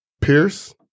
Pierce